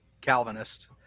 Calvinist